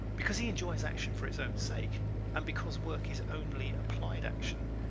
because he enjoys action for its own sake and because work is only applied action,